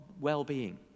well-being